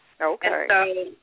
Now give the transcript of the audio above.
Okay